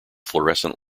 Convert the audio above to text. fluorescent